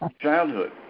childhood